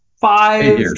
five